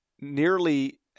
nearly